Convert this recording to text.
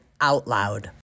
OUTLOUD